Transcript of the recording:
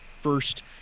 first